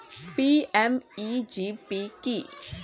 PMEGP কি?